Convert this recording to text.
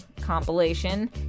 compilation